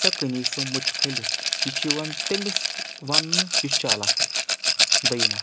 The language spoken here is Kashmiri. ژےٚ کٕنی سُہ مُٹھِ پھٔلِس یہِ چھِ یِوان تٔمِس وَننہٕ یُس چالاک آسہِ دٔیٚیِم اکھ